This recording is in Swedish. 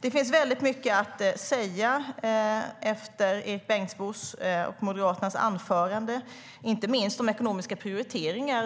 Det finns väldigt mycket att säga efter moderaten Erik Bengtzboes anförande, inte minst om ekonomiska prioriteringar.